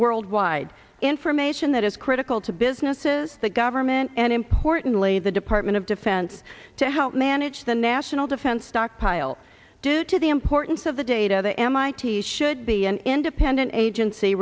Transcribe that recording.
worldwide information that is critical to businesses the government and importantly the department of defense to help manage the national defense stockpile due to the importance of the data the mit should be an independent agency